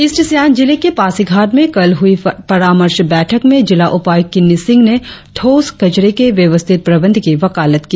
east Siang जिले के पासीघाट में कल हुई परामर्श बैठक में जिला उपायुक्त किन्नी सिंह ने ठोस कचरे के व्यवस्थित प्रबंध की बकालत की